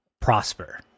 prosper